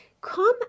come